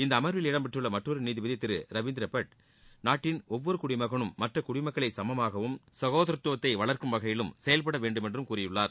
இந்த அமர்வில் இடம்பெற்றுள்ள மற்றொரு நீதிபதி திரு ரவீந்திரபட் நாட்டின் ஒவ்வொரு குடிமகனும் மற்ற குடிமக்களை சுமமாகவும் சகோதரதுவத்தை வளர்க்கும் வகையிலும் செயல்படவேண்டும் என்றும் கூறியுள்ளார்